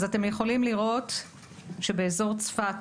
אתם יכולים לראות שבאזור צפת,